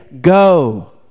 go